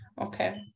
Okay